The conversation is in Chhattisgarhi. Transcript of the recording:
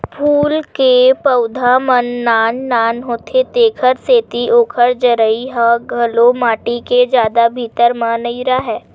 फूल के पउधा मन नान नान होथे तेखर सेती ओखर जरई ह घलो माटी के जादा भीतरी म नइ राहय